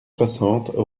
soixante